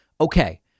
Okay